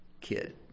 kid